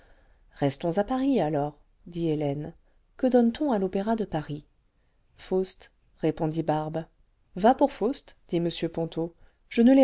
restons à paris alors dit hélène que donne t on à lopéra de paris faust répondit barbe va pour faust dit m ponto je ne